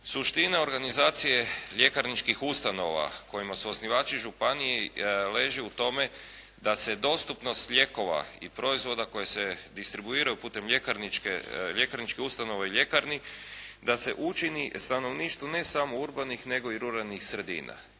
Suština organizacije ljekarničkih ustanova kojima su osnivači županije leži u tome da se dostupnost lijekova i proizvoda koji se distribuiraju putem ljekarničke, ljekarničke ustanove i ljekarni da se učini stanovništvu ne samo urbanih nego i ruralnih sredina.